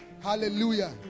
Hallelujah